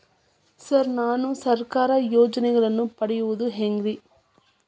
Sir ನಾನು ಸರ್ಕಾರ ಯೋಜೆನೆಗಳನ್ನು ಪಡೆಯುವುದು ಹೆಂಗ್ರಿ?